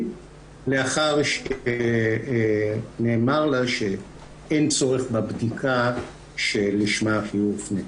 לאחר שנאמר לה שאין צורך בבדיקה שלשמה היא הופנתה.